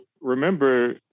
remember